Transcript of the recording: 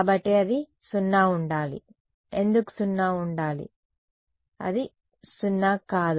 కాబట్టి అది 0 ఉండాలి ఎందుకు 0 ఉండాలి అది 0 కాదు